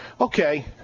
Okay